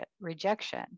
Rejection